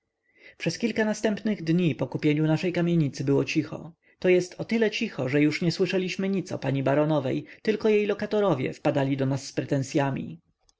przez kilka następnych dni po kupieniu naszej kamienicy było cicho to jest o tyle cicho że już nie słyszeliśmy nic o pani baronowej tylko jej lokatorowie wpadali do nas z pretensyami